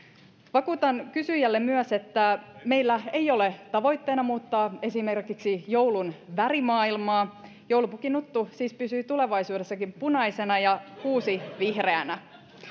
vakuutan kysyjälle myös että meillä ei ole tavoitteena muuttaa esimerkiksi joulun värimaailmaa joulupukin nuttu siis pysyy tulevaisuudessakin punaisena ja kuusi vihreänä